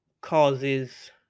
causes